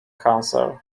cancer